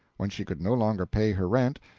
when she could no longer pay her rent,